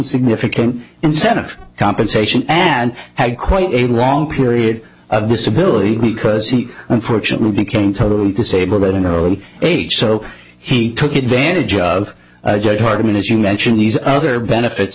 significant incentive compensation and had quite a long period of disability because he unfortunately became totally disabled at an early age so he took advantage of part of it as you mentioned these other benefits